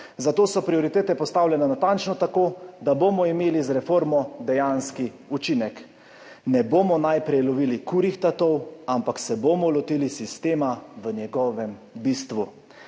Zato so prioritete postavljene natančno tako, da bomo imeli z reformo dejanski učinek. Ne bomo najprej lovili kurjih tatov, ampak se bomo lotili sistema v njegovem bistvu.«